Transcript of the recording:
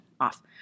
off